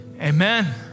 Amen